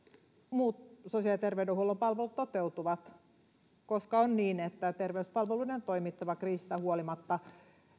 muut sosiaali ja terveydenhuollon palvelut toteutuvat on niin että terveyspalveluiden on toimittava kriisistä huolimatta